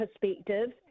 perspective